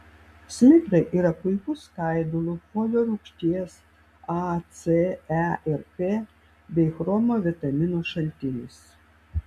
smidrai yra puikus skaidulų folio rūgšties a c e ir k bei chromo vitaminų šaltinis